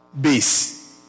base